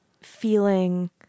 feeling